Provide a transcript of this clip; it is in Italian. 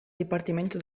dipartimento